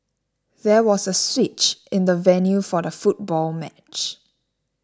there was a switch in the venue for the football match